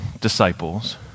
disciples